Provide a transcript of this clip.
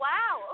Wow